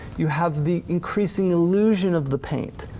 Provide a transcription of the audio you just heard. you have the increasing illusion of the paint.